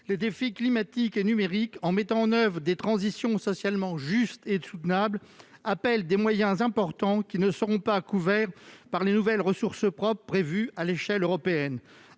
les défis climatiques et numériques en mettant en oeuvre des transitions socialement justes et soutenables requièrent des moyens importants, qui ne seront pas couverts par les nouvelles ressources propres de l'Union européenne.